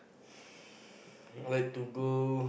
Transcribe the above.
I like to go